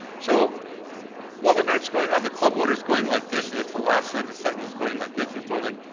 so while the night's going on, the club owner's going like this, and it's the last night of the set and he's going like this. he's going like,